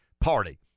party